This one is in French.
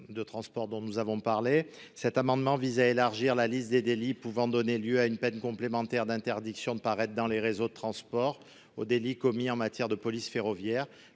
M. Philippe Tabarot. Le présent amendement vise à élargir la liste des délits pouvant donner lieu à une peine complémentaire portant interdiction de paraître dans les réseaux de transport aux délits commis en matière de police ferroviaire.